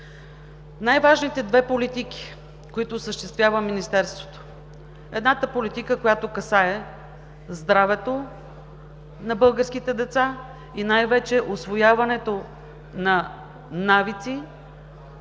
Най-важните две политики, които осъществява Министерството: едната политика, която касае здравето на българските деца и най-вече усвояването на спортни